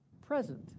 present